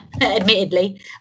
Admittedly